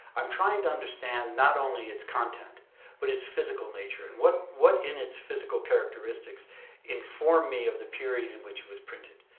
i'm trying to understand not only its content but it's physical nature and what what in its physical characteristics inform me of the period in which it was printed.